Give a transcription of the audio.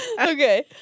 Okay